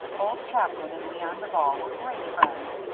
old captain and leon duval were great friends.